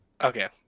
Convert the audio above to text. okay